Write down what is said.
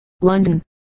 london